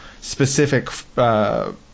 specific